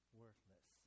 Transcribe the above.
worthless